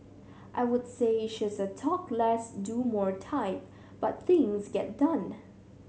I would say she's a talk less do more type but things get done